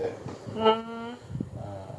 okay then err